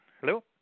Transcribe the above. Hello